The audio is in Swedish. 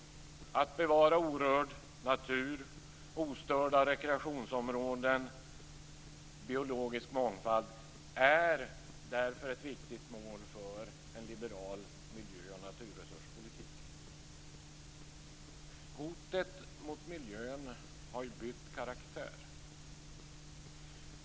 Att bevara orörd natur, ostörda rekreationsområden, biologisk mångfald är därför ett viktigt mål för en liberal miljö och naturresurspolitik. Hoten mot miljön har bytt karaktär.